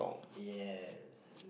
yes